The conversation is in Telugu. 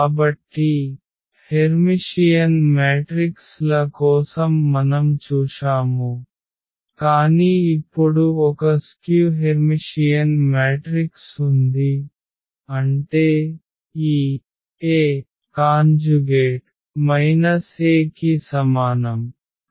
కాబట్టి హెర్మిషియన్ మ్యాట్రిక్స్ ల కోసం మనం చూశాము కానీ ఇప్పుడు ఒక స్క్యు హెర్మిషియన్ మ్యాట్రిక్స్ ఉంది అంటే ఈ A మైనస్ A కి సమానం